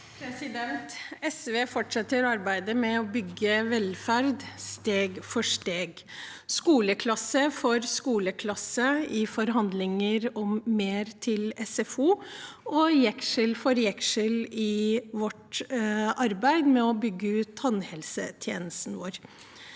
fort- setter SV arbeidet med å bygge velferd – skoleklasse for skoleklasse i forhandlinger om mer til SFO og jeksel for jeksel i vårt arbeid med å bygge ut tannhelsetjenesten vår.